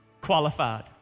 qualified